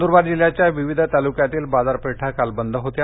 नंद्ररबार जिल्ह्याच्या विविध तालुक्यातील बाजारपेठा काल बंद होत्या